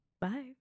Bye